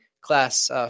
class